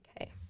Okay